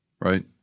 Right